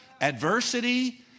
Adversity